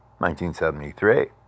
1973